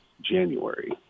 January